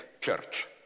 church